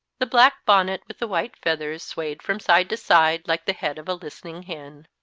the black bonnet with the white feathers swayed from side to side like the head of a listening hen.